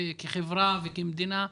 כחברה וכמדינה.